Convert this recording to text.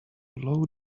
low